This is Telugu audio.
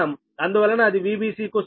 అందువలన అది Vbc కు సమానం